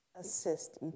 assist